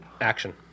action